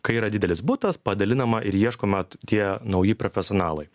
kai yra didelis butas padalinama ir ieškoma tie nauji profesionalai